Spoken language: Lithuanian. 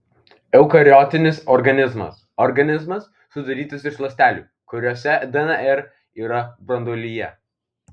eukariotinis organizmas organizmas sudarytas iš ląstelių kuriose dnr yra branduolyje